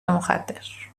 مخدر